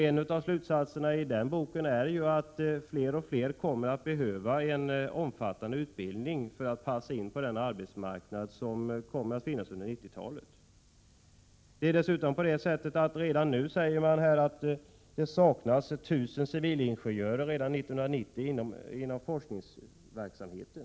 En av slutsatserna i den boken är att fler och fler kommer att behöva en omfattande utbildning för att passa in på den arbetsmarknad som kommer att finnas under 1990-talet. Dessutom är det på det sättet att det redan 1990 kommer att saknas 1 000 civilingenjörer inom forskningsverksamheten.